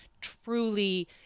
truly